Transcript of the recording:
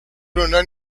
fueron